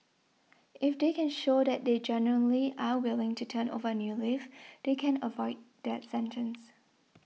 if they can show that they genuinely are willing to turn over a new leaf they can avoid that sentence